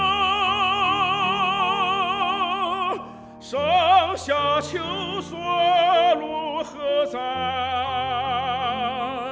oh oh oh